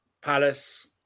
Palace